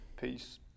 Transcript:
Peace